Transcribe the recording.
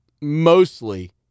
mostly